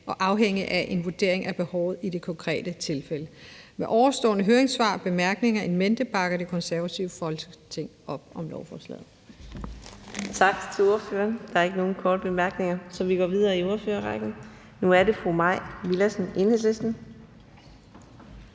og afhænge af en vurdering af behovet i de konkrete tilfælde. Med ovenstående høringssvar og bemærkninger in mente bakker Det Konservative Folkeparti op om lovforslaget.